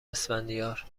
اسفندیار